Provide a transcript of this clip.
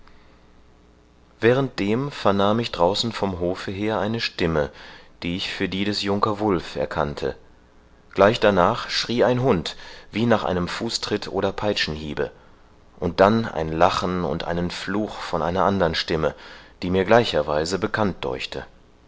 während dem vernahm ich draußen vom hofe her eine stimme die ich für die des junker wulf erkannte gleich danach schrie ein hund wie nach einem fußtritt oder peitschenhiebe und dann ein lachen und einen fluch von einer andern stimme die mir gleicherweise bekannt deuchte